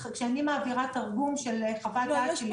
כשאני מעבירה תרגום של חוות דעת שלי,